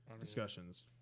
discussions